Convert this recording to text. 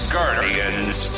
Guardians